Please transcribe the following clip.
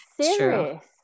serious